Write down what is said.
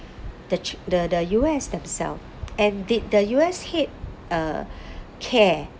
the ch~ the the U_S themselves and did the U_S head uh care